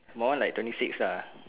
my mine like twenty six lah